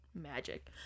magic